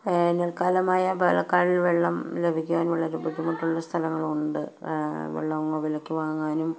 വേനൽക്കാലമായാല് പാലക്കാട് വെള്ളം ലഭിക്കാൻ വളരെ ബുദ്ധിമുട്ടുള്ള സ്ഥലങ്ങളുണ്ട് വെള്ളം വിലയ്ക്ക് വാങ്ങാനും